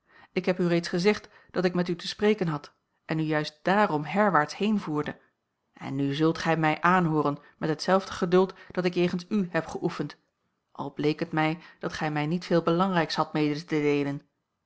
ik heb u reeds gezegd dat ik met u te spreken had en u juist dààrom herwaarts heenvoerde en nu zult gij mij aanhooren met hetzelfde geduld dat ik jegens u heb geoefend al bleek het mij dat gij mij niet veel belangrijks hadt mede te deelen